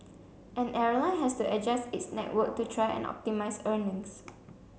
an airline has to adjust its network to try and optimise earnings